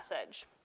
message